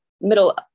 middle